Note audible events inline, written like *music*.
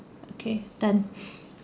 okay done *laughs*